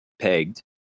pegged